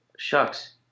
Shucks